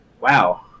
Wow